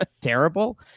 terrible